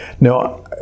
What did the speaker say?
Now